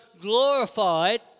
glorified